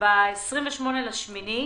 ב-28 באוגוסט,